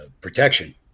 protection